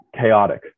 chaotic